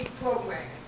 program